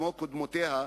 כמו קודמותיה,